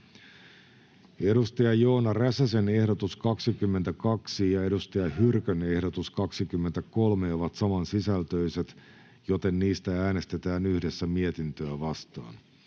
Content: Joona Räsäsen ehdotus 22 ja Saara Hyrkön ehdotus 23 ovat samansisältöiset, joten niistä äänestetään yhdessä mietintöä vastaan.